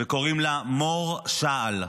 וקוראים לה מור שעל.